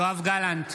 יואב גלנט,